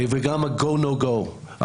וגם ה-go no go,